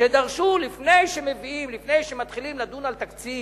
שלפני שמתחילים לדון על התקציב,